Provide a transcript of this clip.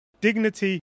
Dignity